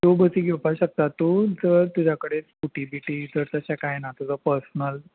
त्यो बसी घेवपाक शकता तूं जर तुज्या कडेन स्कुटी बिटी जर तशें कांय ना तुजो पर्सनल